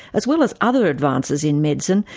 as well as other advances in medicine,